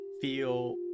feel